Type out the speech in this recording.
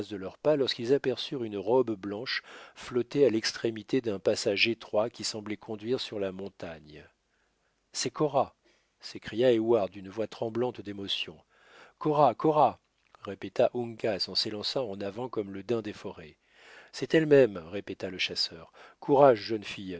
de leurs pas lorsqu'ils aperçurent une robe blanche flotter à l'extrémité d'un passage étroit qui semblait conduire sur la montagne c'est cora s'écria heyward d'une voix tremblante d'émotion cora cora répéta uncas en s'élançant en avant comme le daim des forêts c'est elle-même répéta le chasseur courage jeune fille